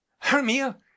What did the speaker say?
hermia